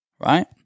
right